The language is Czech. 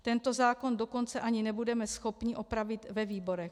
Tento zákon dokonce ani nebudeme schopni opravit ve výborech.